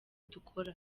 dukora